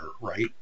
right